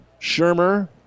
Shermer